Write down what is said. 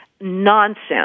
nonsense